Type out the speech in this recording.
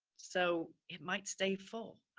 so it might stay full.